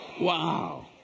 Wow